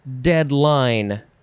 Deadline